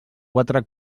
quatre